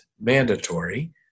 mandatory